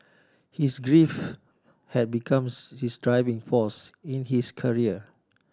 his grief had becomes his driving force in his career